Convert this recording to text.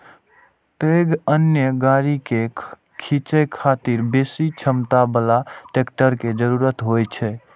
पैघ अन्न गाड़ी कें खींचै खातिर बेसी क्षमता बला ट्रैक्टर के जरूरत होइ छै